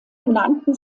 benannten